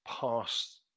past